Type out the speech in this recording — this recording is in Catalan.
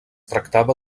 tractava